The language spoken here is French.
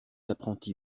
apprenti